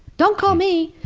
don't call me.